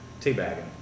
Teabagging